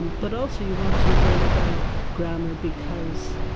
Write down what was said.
but also you want to learn about grammar because,